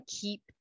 keep